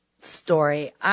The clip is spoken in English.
story